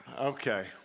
okay